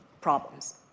problems